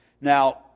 Now